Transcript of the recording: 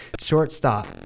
shortstop